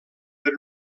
per